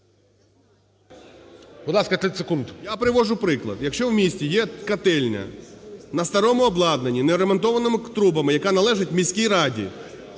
Я приводжу приклад, якщо в місті є котельня на старому обладнанні, не ремонтованими трубами, яка належать міській раді